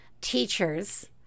Teachers